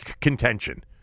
contention